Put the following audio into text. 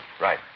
Right